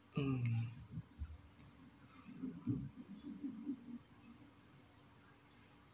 mm